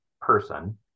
person